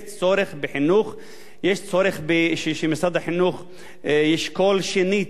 יש צורך שמשרד החינוך ישקול שנית את כל התכנים של מערכת